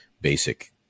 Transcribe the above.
basic